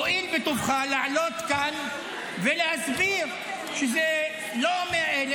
תואיל בטובך לעלות כאן ולהסביר שזה לא 100,000,